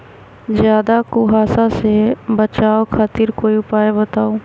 ज्यादा कुहासा से बचाव खातिर कोई उपाय बताऊ?